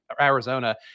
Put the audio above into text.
Arizona